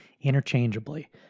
interchangeably